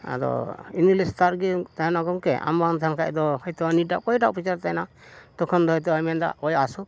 ᱟᱫᱚ ᱤᱱᱟᱹ ᱦᱤᱞᱳᱜ ᱥᱮᱛᱟᱜ ᱨᱮᱜᱮᱢ ᱛᱟᱦᱮᱱᱟ ᱜᱚᱢᱠᱮ ᱟᱢ ᱵᱟᱢ ᱛᱟᱦᱮᱱ ᱠᱷᱟᱱ ᱫᱚ ᱦᱳᱭᱛᱳ ᱦᱟᱱᱤᱴᱟᱜ ᱚᱠᱚᱭᱴᱟᱜ ᱚᱯᱷᱤᱥᱟᱨᱮ ᱛᱟᱦᱮᱱᱟ ᱛᱚᱠᱷᱚᱱ ᱫᱚ ᱦᱳᱭᱛᱚᱭ ᱢᱮᱱᱫᱟ ᱚᱭ ᱟᱹᱥᱩᱠ